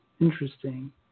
Interesting